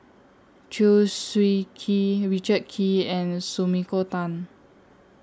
Chew Swee Kee Richard Kee and Sumiko Tan